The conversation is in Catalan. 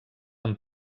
amb